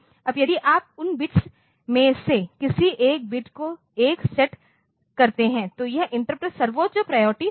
अब यदि आप उन बिट्स में से किसी एक बिट को 1 सेट करते हैं तो यह इंटरप्ट सर्वोच्च प्रायोरिटी होगी